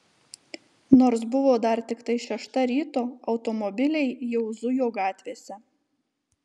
nors buvo dar tiktai šešta ryto automobiliai jau zujo gatvėse